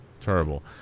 Terrible